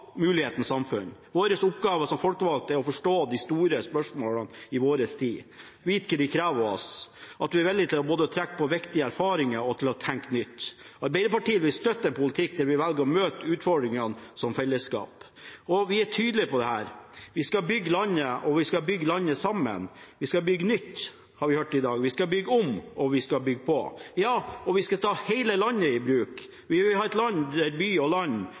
mulighetenes samfunn. Vår oppgave som folkevalgte er å forstå de store spørsmålene i vår tid, vite hva de krever av oss, at vi er villige til både å trekke på viktige erfaringer og til å tenke nytt. Arbeiderpartiet vil støtte en politikk der vi velger å møte utfordringene som fellesskap. Vi er tydelige på dette: Vi skal bygge landet, og vi skal bygge landet sammen. Vi skal bygge nytt – det har vi hørt i dag – vi skal bygge om, og vi skal bygge på. Og vi skal ta hele landet i bruk. Vi vil ha et land der by og land